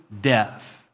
death